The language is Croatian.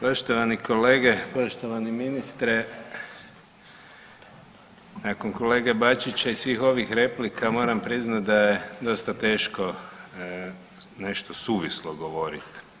Poštovani kolege, poštovani ministre nakon kolege Bačića i svih ovih replika moram priznati da je dosta teško nešto suvislo govorit.